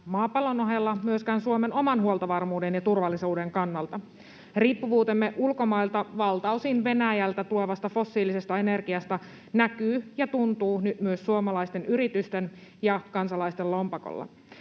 maapallon ohella myöskään Suomen oman huoltovarmuuden ja turvallisuuden kannalta. Riippuvuutemme ulkomailta — valtaosin Venäjältä — tuotavasta fossiilisesta energiasta näkyy ja tuntuu nyt myös suomalaisten yritysten ja kansalaisten lompakolla.